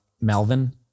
Melvin